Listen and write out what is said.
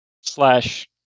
slash